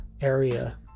area